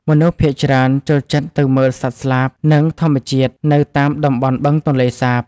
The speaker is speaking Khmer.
មនុស្សភាគច្រើនចូលចិត្តទៅមើលសត្វស្លាប និងធម្មជាតិនៅតាមតំបន់បឹងទន្លេសាប។